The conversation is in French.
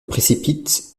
précipite